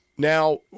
Now